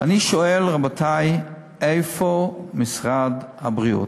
ואני שואל, רבותי, איפה משרד הבריאות?